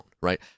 right